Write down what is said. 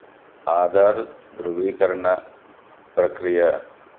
ఆధార్ ధ్రృవీకరణ ప్రక్రియ